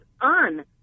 on